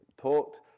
talked